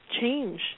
change